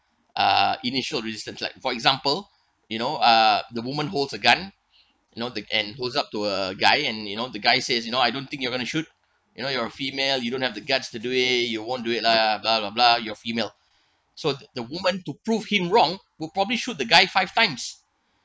uh initial resistance like for example you know uh the woman holds a gun you know the and holds up to a guy and you know the guy says you know I don't think you're going to shoot you know you're a female you don't have the guts to do it you won't do it lah blah blah blah you're female so the woman to prove him wrong will probably shoot the guy five times